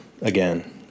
again